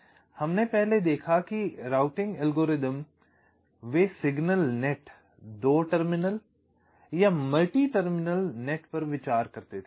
पहले हमने देखा कि राउटिंग एल्गोरिदम वे सिग्नल नेट दो टर्मिनल या मल्टी टर्मिनल नेट पर विचार करते थे